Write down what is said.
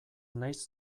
naiz